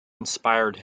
inspired